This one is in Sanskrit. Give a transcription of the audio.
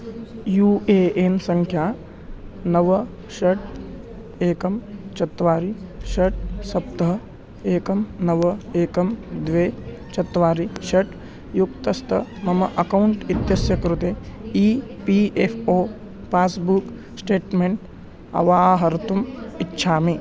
यू ए एन् सङ्ख्या नव षट् एकं चत्वारि षट् सप्त एकं नव एकं द्वे चत्वारि षट् युक्तस्य मम अकौण्ट् इत्यस्य कृते E P F O passbook statement अवाहर्तुम् इच्छामि